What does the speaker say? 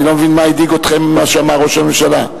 אני לא מבין, מה הדאיג אתכם במה שאמר ראש הממשלה?